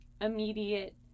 immediate